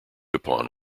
upon